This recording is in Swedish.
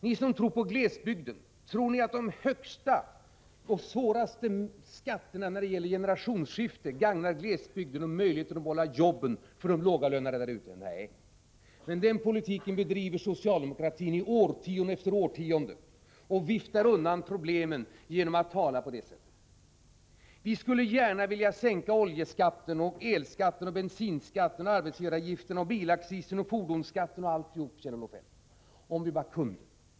Ni som tror på glesbygden, tror ni att de högsta och svåraste skatterna när det gäller generationsskiften gagnar glesbygdens möjligheter att behålla jobben för de lågavlönade där ute? Denna politik bedriver emellertid socialdemokratin årtionde efter årtionde och viftar undan problemen genom att tala på det sättet. Vi skulle gärna vilja sänka oljeskatten, elskatten, bensinskatten, arbetsgivaravgifterna, bilaccisen, fordonsskatten och allt detta, Kjell-Olof Feldt, om vi bara kunde.